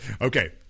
Okay